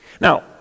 Now